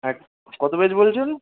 হ্যাঁ কত পেজ বলছেন